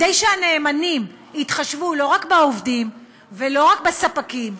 שהנאמנים יתחשבו לא רק בעובדים ולא רק בספקים,